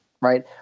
right